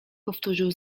powtórzył